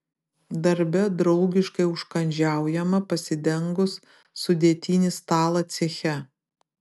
darbe draugiškai užkandžiaujama pasidengus sudėtinį stalą ceche